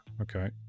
okay